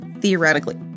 theoretically